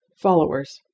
followers